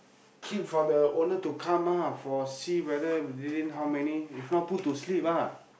keep for the owner to come ah for see whether within how many if not put to sleep ah